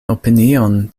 opinion